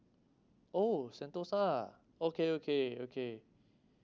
oh sentosa okay okay okay